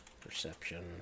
perception